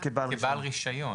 כבעל רישיון.